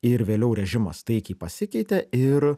ir vėliau režimas taikiai pasikeitė ir